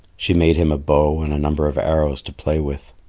she made him a bow and a number of arrows to play with.